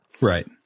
Right